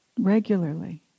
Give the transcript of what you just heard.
Regularly